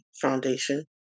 Foundation